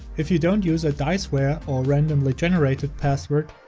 if you don't use a diceware or randomly generated password,